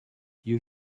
you